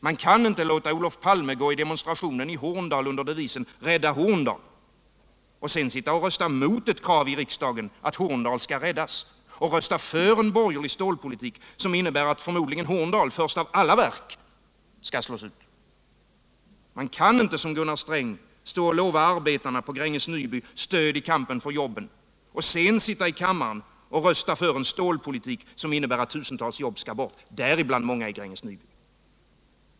Man kan inte låta Olof Palme gå i demonstrationen i Horndal under devisen ”Rädda Horndal” — och sedan sitta och rösta mot ett krav i riksdagen att Horndal skall räddas och rösta för en borgerlig stålpolitik som innebär att Horndal förmodligen först av alla verk skall slås ut. Man kan inte som Gunnar Sträng stå och lova arbetarna på Gränges-Nyby stöd i kampen för jobben, och sedan sitta i kammaren och rösta för en stålpolitik som innebär att tusentals jobb skall bort, däribland många i Gränges-Nyby.